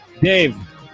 Dave